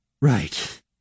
Right